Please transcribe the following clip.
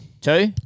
Two